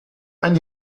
ein